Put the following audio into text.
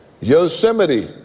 Yosemite